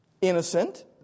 innocent